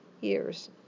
years